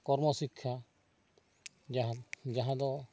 ᱠᱚᱨᱢᱚ ᱥᱤᱠᱠᱷᱟ ᱡᱟᱦᱟᱸ ᱡᱟᱦᱟᱸ ᱫᱚ